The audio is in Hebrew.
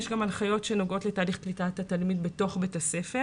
יש הנחיות גם שנוגעות לתהליך קליטת התלמיד בתוך בית הספר